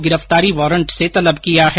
गिरफ्तारी वारंट सूं तलब करयो है